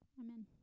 Amen